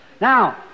Now